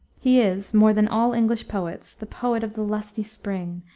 he is, more than all english poets, the poet of the lusty spring,